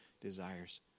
desires